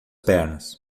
pernas